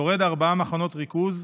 שורד ארבעה מחנות ריכוז,